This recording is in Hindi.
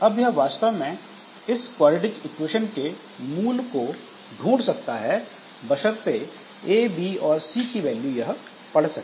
अब यह वास्तव में इस क्वाड्रेटिक इक्वेशन के मूल को ढूँढ सकता है बशर्ते ए बी और सी की वैल्यू यह पढ़ सके